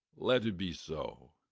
let it be so.